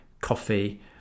coffee